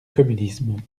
communisme